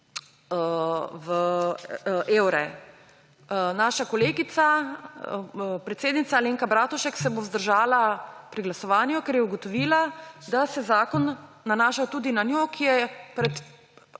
v evre. Naša kolegica, predsednica Alenka Bratušek, se bo vzdržala pri glasovanju, ker je ugotovila, da se zakon nanaša tudi na njo, ki je pred